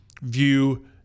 view